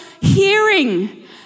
hearing